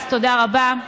אז תודה רבה,